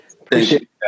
Appreciate